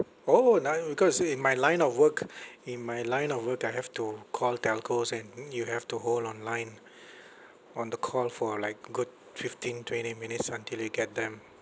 orh now because in my line of work in my line of work I have to call telcos and you have to hold on line on the call for like good fifteen twenty minutes until you get them